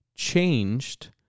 changed